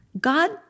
God